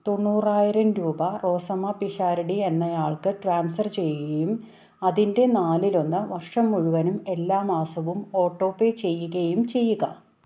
തൊണ്ണൂറായിരം രൂപ റോസമ്മ പിഷാരടി എന്നയാൾക്ക് ട്രാൻസ്ഫർ ചെയ്യുകയും അതിൻ്റെ നാലിലൊന്ന് വർഷം മുഴുവനും എല്ലാ മാസവും ഓട്ടോ പേ ചെയ്യുകയും ചെയ്യുക